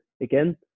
again